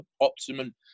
optimum